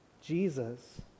Jesus